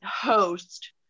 host